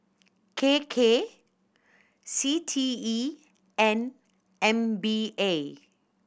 K K C T E and M P A